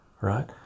right